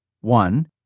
one